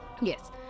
Yes